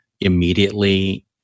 immediately